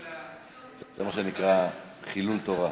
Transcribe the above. זה מה שנקרא חילול תורה.